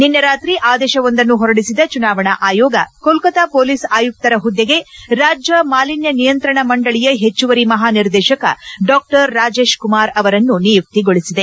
ನಿನ್ನೆ ರಾತ್ರಿ ಆದೇಶವೊಂದನ್ನು ಹೊರಡಿಸಿರುವ ಚುನಾವಣಾ ಆಯೋಗ ಕೊಲ್ಕತಾ ಮೊಲೀಸ್ ಆಯುಕ್ತರ ಹುದ್ದೆಗೆ ರಾಜ್ಯ ಮಾಲಿನ್ದ ನಿಯಂತ್ರಣ ಮಂಡಳಿಯ ಹೆಚ್ಚುವರಿ ಮಹಾನಿರ್ದೇಶಕ ಡಾ ರಾಜೇಶ್ ಕುಮಾರ್ ಅವರನ್ನು ನಿಯುಕ್ತಿಗೊಳಿಸಿದೆ